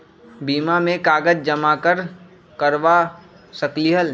बीमा में कागज जमाकर करवा सकलीहल?